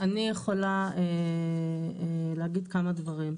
אני יכולה להגיד כמה דברים.